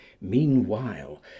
meanwhile